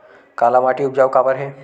काला माटी उपजाऊ काबर हे?